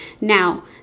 Now